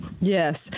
yes